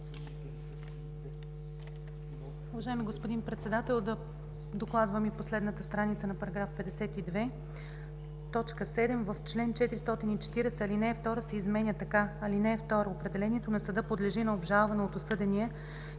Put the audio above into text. Уважаеми господин Председател, да докладвам и последната страница на § 52. „7. В чл. 440 ал. 2 се изменя така: „(2) Определението на съда подлежи на обжалване от осъдения